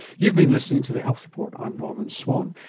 you've been listening to the health report, i'm norman swan.